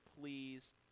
please